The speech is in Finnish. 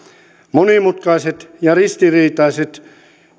monimutkaiset ja ristiriitaiset